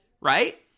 right